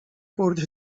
برد